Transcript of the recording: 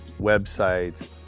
websites